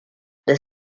deux